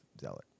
Zealot